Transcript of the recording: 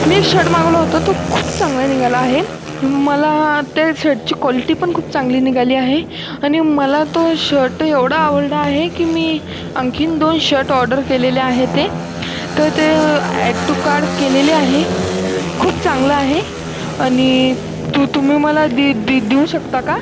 मी shirt मागवला होता तो खूप चांगला निघाला आहे मला त्या शर्टची कॉलटीपण खूप चांगली निघाली आहे आणि मला तो शर्ट एवढा आवडला आहे की मी आणखी दोन शर्ट ऑर्डर केलेले आहे ते तर ते ॲड टू कार्ड केलेले आहे खूप चांगला आहे आणि तो तुम्ही मला दी दी देऊ शकता का